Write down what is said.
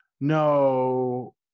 No